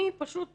אני פשוט חושבת,